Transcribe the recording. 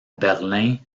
berlin